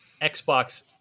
Xbox